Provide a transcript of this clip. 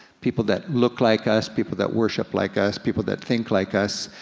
people that look like us, people that worship like us, people that think like us.